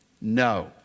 No